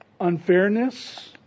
unfairness